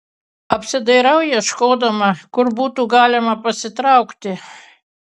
apsidairau ieškodama kur būtų galima pasitraukti